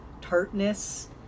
tartness